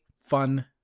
fun